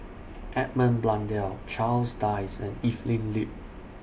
Edmund Blundell Charles Dyce and Evelyn Lip